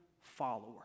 follower